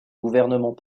gouvernement